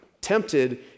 tempted